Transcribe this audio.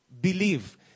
believe